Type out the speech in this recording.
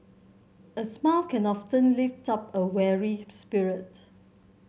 a smile can often lift up a weary spirit